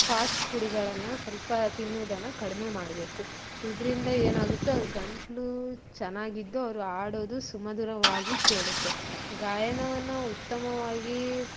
ಫಾಸ್ಟ್ಫುಡ್ಗಳನ್ನು ಸ್ವಲ್ಪ ತಿನ್ನೋದನ್ನು ಕಡಿಮೆ ಮಾಡಬೇಕು ಇದರಿಂದ ಏನಾಗುತ್ತೆ ಅವ್ರ ಗಂಟಲು ಚೆನ್ನಾಗಿದ್ದು ಅವ್ರು ಹಾಡೋದು ಸುಮಧುರವಾಗಿ ಕೇಳುತ್ತೆ ಗಾಯನವನ್ನು ಉತ್ತಮವಾಗಿ